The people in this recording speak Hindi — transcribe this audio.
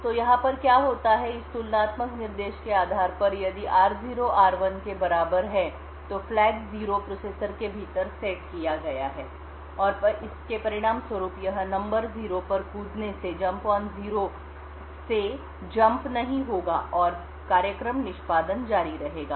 तो यहाँ पर क्या होता है इस तुलनात्मक निर्देश के आधार पर यदि r0 r1 के बराबर है तो फ्लैग 0 प्रोसेसर के भीतर सेट किया गया है और इसके परिणामस्वरूप यह नंबर 0 पर कूदने से छलांग नहीं होगा और कार्यक्रम निष्पादन जारी रहेगा